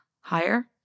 higher